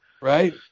Right